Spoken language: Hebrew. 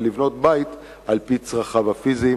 ולבנות בית על-פי צרכיו הפיזיים.